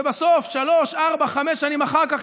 ובסוף שלוש-ארבע-חמש שנים אחר כך,